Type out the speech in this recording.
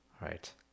Right